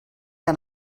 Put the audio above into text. que